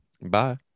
Bye